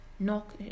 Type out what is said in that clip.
Knock